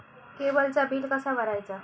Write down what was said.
केबलचा बिल कसा भरायचा?